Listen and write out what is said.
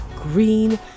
Green